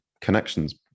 connections